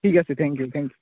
ঠিক আছে thank you thank U